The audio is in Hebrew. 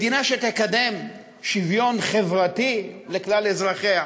מדינה שתקדם שוויון חברתי לכלל אזרחיה.